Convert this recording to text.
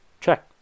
Check